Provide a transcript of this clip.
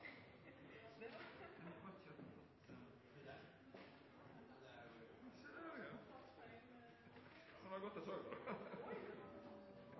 som var godt